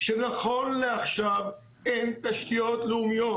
שנכון לעכשיו אין תשתיות לאומיות.